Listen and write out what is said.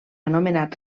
anomenat